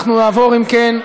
אם כן,